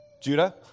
Judah